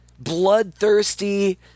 bloodthirsty